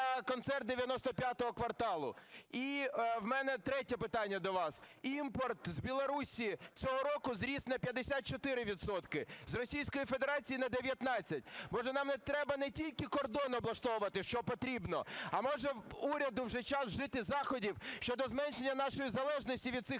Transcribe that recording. концерт "95 кварталу"? І у мене третє питання до вас. Імпорт з Білорусі цього року зріс на 54 відсотки, з Російської Федерації – на 19. Може, нам треба не тільки кордон облаштовувати, що потрібно, а, може, уряду вже час вжити заходів щодо зменшення нашої залежності від цих